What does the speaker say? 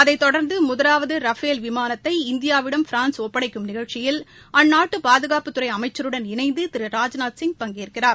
அதைத் தொடர்ந்து முதலாவது ர்ஃபேல் விமானத்தை இந்தியாவிடம் பிரான்ஸ் ஒப்படைக்கும் நிகழ்ச்சியில் அந்நாட்டு பாதுகாப்புத்துறை அமைச்சருடன் இணைந்து திரு ராஜ்நாத் சிங் பங்கேற்கிறார்